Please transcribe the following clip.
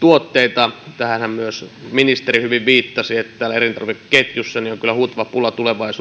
tuotteita tähänhän myös ministeri hyvin viittasi että täällä elintarvikeketjussa on tulevaisuudessa kyllä huutava